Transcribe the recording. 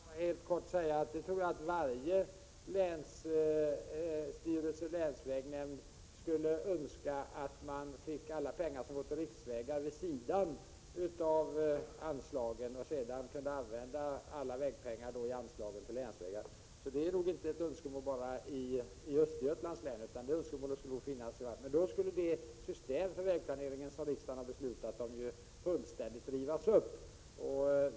Herr talman! Jag vill bara helt kort säga att jag tror att varje länsstyrelse och länsvägnämnd skulle önska att man fick alla pengar som går till riksvägar vid sidan om anslagen för att i stället kunna använda anslagen enbart till länsvägar. Ett sådant här önskemål har man således säkerligen inte bara i Östergötlands län, utan det gäller nog överallt. Det system för vägplanering som riksdagen har beslutat om skulle ju annars fullständigt rivas upp.